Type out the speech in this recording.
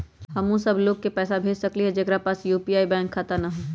हम उ सब लोग के पैसा भेज सकली ह जेकरा पास यू.पी.आई बैंक खाता न हई?